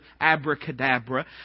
abracadabra